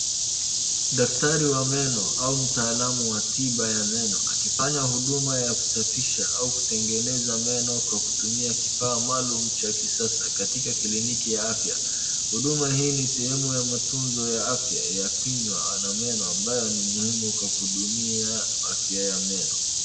Daktari wa meno au mtaalamu wa tiba ya meno akifanya huduma ya kusafisha au kutengeneza meno kwa kutumia kifaa maalum cha kisasa katika kliniki ya afya. Huduma hii ni sehemu ya matunzo ya afya ya kinywa na meno ambayo ni muhimu kwa kudumisha afya ya meno.